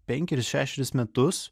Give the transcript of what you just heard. penkerius šešerius metus